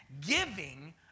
Giving